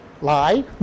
Lie